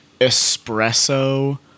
espresso